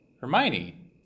Hermione